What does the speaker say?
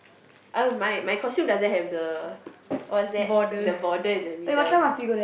I don't my my costume doesn't have the what's that the border in the middle